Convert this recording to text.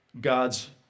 God's